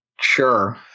Sure